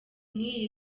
nk’iyi